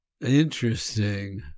Interesting